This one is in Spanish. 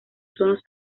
tonos